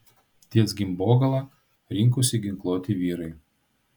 ties gimbogala rinkosi ginkluoti vyrai